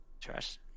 Trash